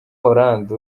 hollande